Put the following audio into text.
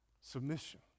Submission